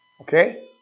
Okay